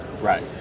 right